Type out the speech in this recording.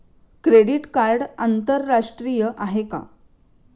Credit card आंतरराष्ट्रीय आहे का?